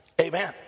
Amen